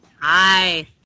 hi